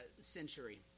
century